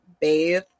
bathe